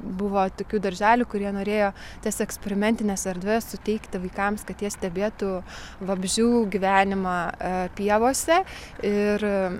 buvo tokių darželių kurie norėjo tas eksperimentines erdves suteikti vaikams kad jie stebėtų vabzdžių gyvenimą pievose ir